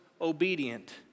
obedient